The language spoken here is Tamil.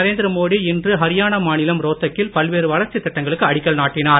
நரேந்திர மோடி இன்று ஹரியானா மாநிலம் ரோத்தக் கில் பல்வேறு வளர்ச்சித் திட்டங்களுக்கு அடிக்கல் நாட்டினார்